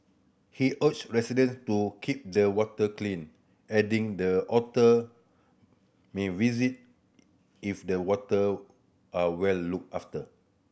he urged resident to keep the water clean adding the otter may visit if the water are well looked after